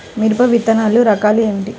మిరప విత్తనాల రకాలు ఏమిటి?